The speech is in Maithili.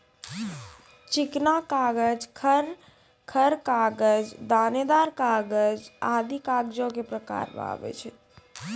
चिकना कागज, खर खर कागज, दानेदार कागज आदि कागजो क प्रकार म आवै छै